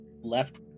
left